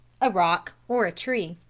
a rock, or a tree.